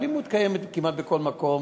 האלימות קיימת כמעט בכל מקום,